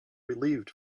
relieved